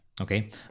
Okay